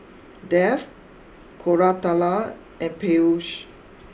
Dev Koratala and Peyush